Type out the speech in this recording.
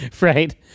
Right